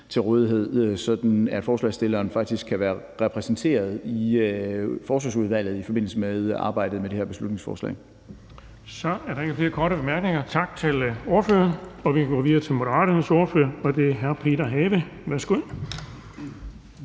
til rådighed, sådan at forslagsstilleren faktisk kan være repræsenteret i Forsvarsudvalget i forbindelse med arbejdet med det her beslutningsforslag. Kl. 10:48 Den fg. formand (Erling Bonnesen): Så er der ikke flere korte bemærkninger. Tak til ordføreren. Vi går videre til Moderaternes ordfører, og det er hr. Peter Have. Værsgo.